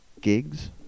gigs